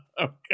Okay